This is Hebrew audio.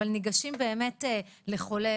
ניגשים לחולה,